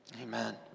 Amen